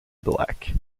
black